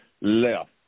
left